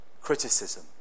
criticism